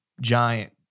giant